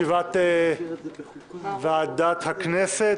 אני רוצה לפתוח את ישיבת ועדת הכנסת,